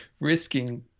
risking